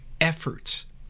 efforts